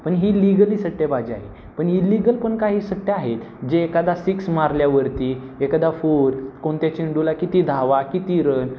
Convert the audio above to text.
पण ही लिगली सट्टेबाजी आहे पण इल्लिगल पण काही सट्टे आहेत जे एकादा सिक्स मारल्यावरती एखादा फोर कोणत्या चेंडूला किती धावा किती रन